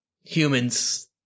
humans